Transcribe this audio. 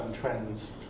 trends